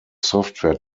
software